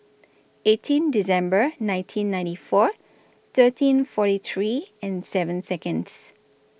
eighteen December nineteen ninety four thirteen forty three and seven Seconds